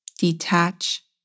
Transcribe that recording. Detach